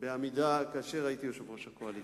כאשר הייתי יושב-ראש הקואליציה.